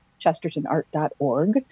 chestertonart.org